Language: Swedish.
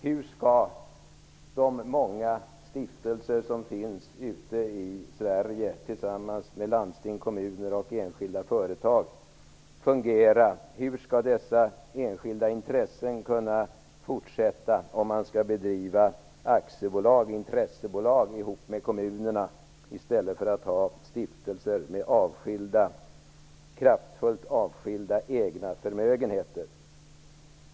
Hur skall de många stiftelser som finns ute i Sverige tillsammans med landsting, kommuner och enskilda företag fungera? Hur skall dessa enskilda intressen kunna fortsätta om man skall bedriva aktiebolag, intressebolag, ihop med kommunerna i stället för att ha stiftelser med kraftfullt avskilda egna förmögenheter?